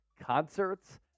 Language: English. concerts